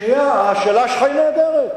שנייה, השאלה שלך היא נהדרת.